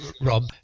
Rob